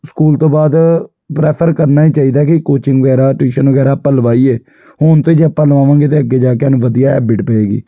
school ਤੋਂ ਬਾਅਦ prefer ਕਰਨਾ ਹੀ ਚਾਹੀਦਾ ਕਿ ਕੋਚਿੰਗ ਵਗੈਰਾ ਟਿਊਸ਼ਨ ਵਗੈਰਾ ਆਪਾਂ ਲਵਾਈਏ ਹੁਣ ਤੋਂ ਜੇ ਆਪਾਂ ਲਗਾਵਾਂਗੇ ਤਾਂ ਅੱਗੇ ਜਾ ਕੇ ਸਾਨੂੰ ਵਧੀਆ ਹੈਬਿਟ ਪਏਗੀ